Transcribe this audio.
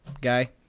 Guy